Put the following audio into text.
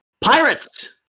Pirates